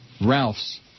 Ralph's